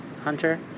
Hunter